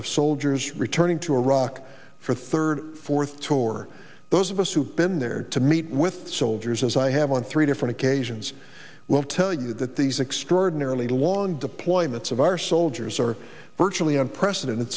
of soldiers returning to iraq for a third fourth tour those of us who have been there to meet with soldiers as i have on three different occasions will tell you that these extraordinarily long deployments of our soldiers are virtually unprecedented